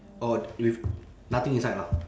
orh with nothing inside lah